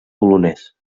polonès